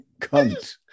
Cunt